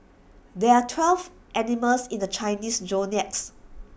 there are twelve animals in the Chinese zodiacs